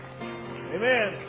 Amen